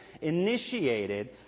initiated